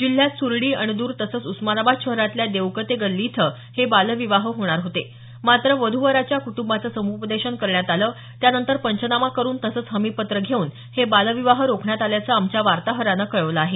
जिल्ह्यात सुर्डी अणद्र तसंच उस्मानाबाद शहरातल्या देवकते गल्ली इथं हे बालविवाह होणार होते मात्र वधु वराच्या कुटूंबाचं समुपदेशन करण्यात आलं त्यानंतर पंचनामा करुन तसंच हमीपत्र घेऊन हे बालविवाह रोखण्यात आल्याचं आमच्या वार्ताहरानं कळवलं आहे